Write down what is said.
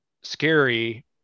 scary